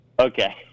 Okay